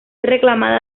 reclamada